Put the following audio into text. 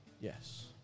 Yes